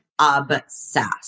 obsessed